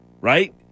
right